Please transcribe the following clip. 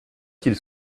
qu’ils